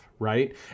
Right